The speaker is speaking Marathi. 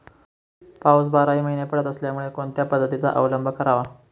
पाऊस बाराही महिने पडत असल्यामुळे कोणत्या पद्धतीचा अवलंब करावा?